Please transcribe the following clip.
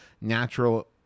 natural